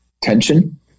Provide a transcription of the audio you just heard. tension